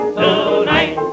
tonight